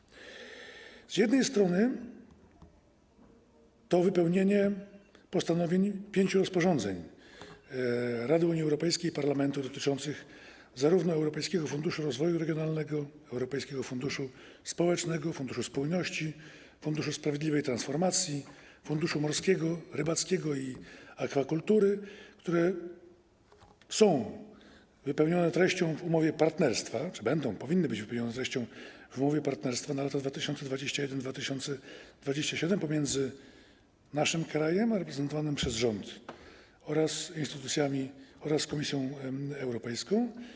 Z jednej strony jest to wypełnienie postanowień pięciu rozporządzeń Rady Unii Europejskiej i Parlamentu dotyczących Europejskiego Funduszu Rozwoju Regionalnego, Europejskiego Funduszu Społecznego, Funduszu Spójności, Funduszu na rzecz Sprawiedliwej Transformacji oraz Funduszu Morskiego, Rybackiego i Akwakultury, które są wypełnione treścią w umowie partnerstwa czy powinny być wypełnione treścią w umowie partnerstwa na lata 2021-2027 pomiędzy naszym krajem, reprezentowanym przez rząd, oraz Komisją Europejską.